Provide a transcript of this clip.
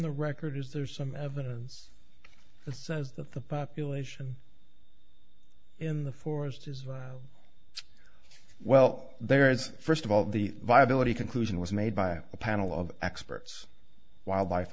the record is there some evidence says that the population in the forest is well there is first of all the viability conclusion was made by a panel of experts wildlife